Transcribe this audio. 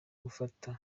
gufata